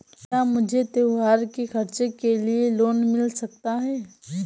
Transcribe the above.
क्या मुझे त्योहार के खर्च के लिए लोन मिल सकता है?